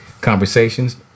conversations